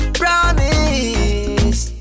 promise